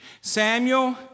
Samuel